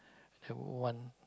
to want